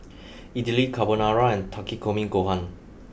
Idili Carbonara and Takikomi Gohan